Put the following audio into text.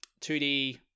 2D